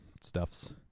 stuffs